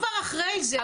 אני כבר אחרי זה.